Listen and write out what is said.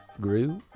grew